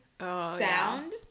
sound